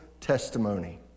testimony